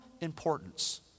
importance